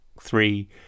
three